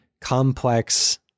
complex